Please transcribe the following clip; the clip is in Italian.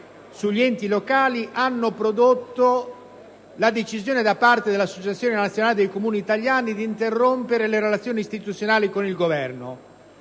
agli enti locali hanno prodotto la decisione da parte dell'Associazione nazionale dei Comuni italiani di interrompere le relazioni istituzionali con il Governo.